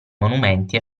monumenti